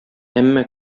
әмма